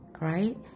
right